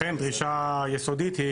לכן דרישה יסודית היא